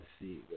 see